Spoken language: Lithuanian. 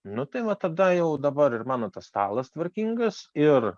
nu tai va tada jau dabar ir mano tas stalas tvarkingas ir